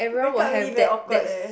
break up already very awkward leh